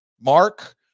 Mark